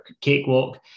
cakewalk